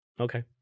Okay